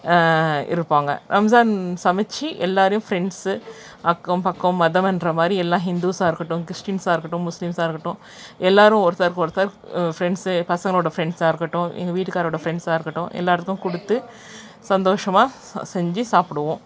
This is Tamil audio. இருப்பாங்க ரம்ஜான் சமச்சு எல்லோரையும் ஃப்ரெண்ட்ஸு அக்கம் பக்கம் மதம்மன்ற மாதிரி எல்லாம் ஹிந்துஸா இருக்கட்டும் கிறிஸ்டீன்ஸா இருக்கட்டும் முஸ்லீம்ஸா இருக்கட்டும் எல்லோரும் ஒருத்தருக்கொருத்தர் ஃப்ரெண்ட்ஸு பசங்களோடய ஃப்ரெண்ட்ஸாக இருக்கட்டும் எங்கள் வீட்டுக்காரோடய ஃப்ரெண்ட்ஸா இருக்கட்டும் எல்லோருக்கும் கொடுத்து சந்தோஷமாக செஞ்சு சாப்பிடுவோம்